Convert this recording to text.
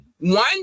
one